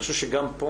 אני חושב שגם פה